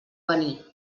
venir